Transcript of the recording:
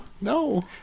No